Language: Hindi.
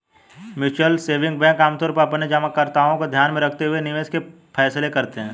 म्यूचुअल सेविंग बैंक आमतौर पर अपने जमाकर्ताओं को ध्यान में रखते हुए निवेश के फैसले करते हैं